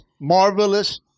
marvelous